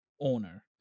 owner